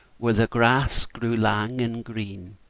where the grass grew lang and green,